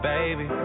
Baby